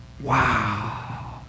Wow